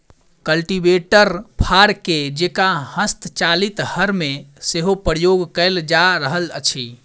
cultivator फार के जेंका हस्तचालित हर मे सेहो प्रयोग कयल जा रहल अछि